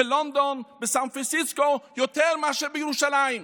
בלונדון, בסן-פרנסיסקו, יותר מאשר בירושלים.